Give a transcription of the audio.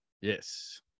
Yes